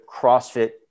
CrossFit